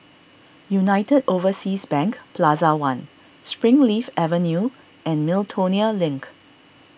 United Overseas Bank Plaza one Springleaf Avenue and Miltonia Link